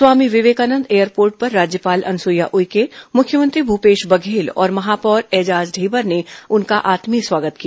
स्वामी Vivekananda airport पर राज्यपाल अनुसुईया उइके मुख्यमंत्री भूपेश बर्घल और महापौर एजाज ढेबर ने उनका आत्भीय स्वागत किया